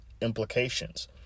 implications